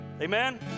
Amen